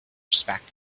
respect